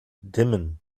dimmen